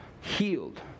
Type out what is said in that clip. Healed